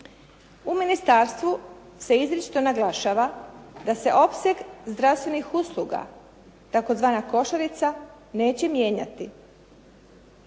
U ministarstvu se izričito naglašava da se opseg zdravstvenih usluga tzv. košarica neće mijenjati.